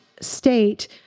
state